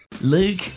Luke